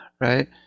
right